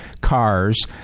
cars